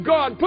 God